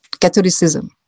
Catholicism